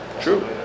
True